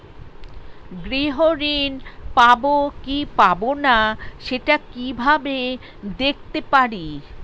গৃহ ঋণ পাবো কি পাবো না সেটা কিভাবে দেখতে পারি?